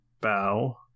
bow